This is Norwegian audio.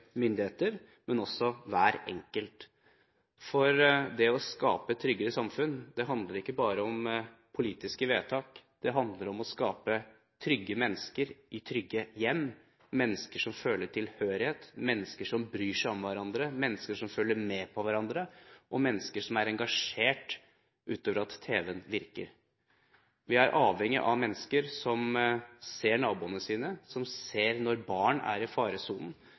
myndigheter, men også for hver enkelt. For det å skape et tryggere samfunn handler ikke bare om politiske vedtak, det handler om å skape trygge mennesker i trygge hjem – mennesker som føler tilhørighet, mennesker som bryr seg om hverandre, mennesker som følger med i hverandres liv, og mennesker som er engasjert utover det at tv-en virker. Vi er avhengige av mennesker som ser naboene sine, som ser når barn er i faresonen,